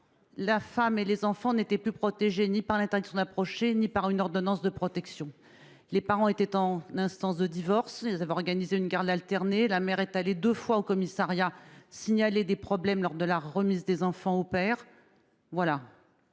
femme et ses enfants n’étaient plus protégées ni par une interdiction d’approcher ni par une ordonnance de protection. Les parents étaient en instance de divorce et avaient organisé une garde alternée. La mère s’est rendue deux fois au commissariat pour signaler des problèmes lors de la remise des enfants au père. Voilà…